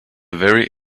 very